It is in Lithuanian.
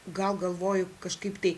gal galvoju kažkaip tai